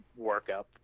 workup